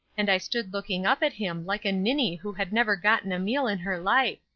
and i stood looking up at him like a ninny who had never gotten a meal in her life.